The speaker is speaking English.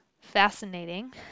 fascinating